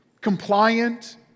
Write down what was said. compliant